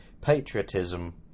Patriotism